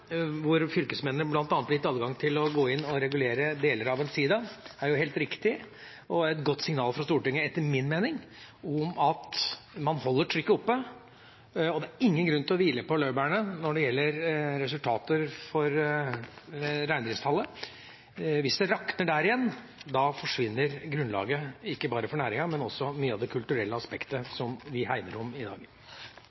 hvor fylkesmennene bl.a. ble gitt adgang til å gå inn og regulere deler av en sida, er jo helt riktig, og et godt signal fra Stortinget, etter min mening, om at man holder trykket oppe. Det er ingen grunn til å hvile på laurbærene når det gjelder resultater for reindriftstallet. Hvis det rakner der igjen, forsvinner grunnlaget ikke bare for næringen, men også mye av det kulturelle aspektet